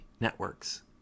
networks